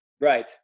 Right